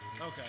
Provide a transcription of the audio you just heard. Okay